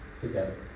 together